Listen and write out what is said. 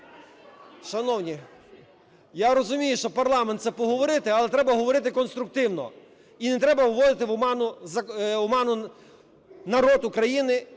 Шановні, я розумію, що парламент – це поговорити, але треба говорити конструктивно. І не треба вводити в оману народ України